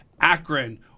Akron